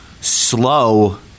slow